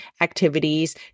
activities